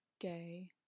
gay